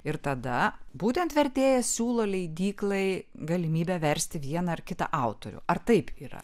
ir tada būtent vertėjas siūlo leidyklai galimybę versti vieną ar kitą autorių ar taip yra